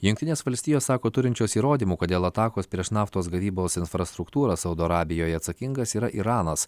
jungtinės valstijos sako turinčios įrodymų kodėl dėl atakos prieš naftos gavybos infrastruktūrą saudo arabijoje atsakingas yra iranas